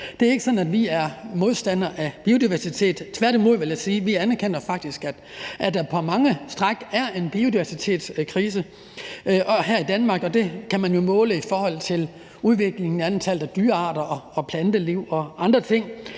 Det er ikke sådan, at vi er modstandere af biodiversitet, tværtimod, vil jeg sige. Vi anerkender faktisk, at der på mange områder er en biodiversitetskrise, også her i Danmark, og det kan man jo måle i forhold til udviklingen i antallet af dyrearter og planteliv og andre ting